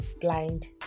blind